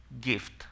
gift